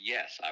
Yes